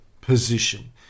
position